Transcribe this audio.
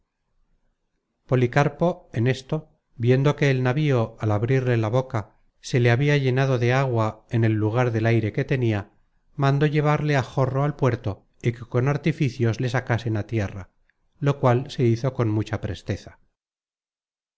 policarpo en esto viendo que el navío al abrirle la boca se le habia llenado de agua en el lugar del aire que tenia mandó llevarle á jorro al puerto y que con artificios le sacasen á tierra lo cual se hizo con mucha presteza